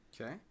Okay